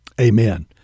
Amen